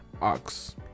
Ox